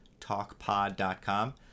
talkpod.com